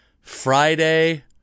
Friday